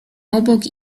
obok